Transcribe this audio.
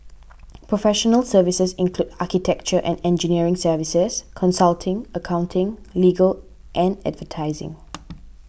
professional services include architecture and engineering services consulting accounting legal and advertising